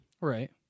Right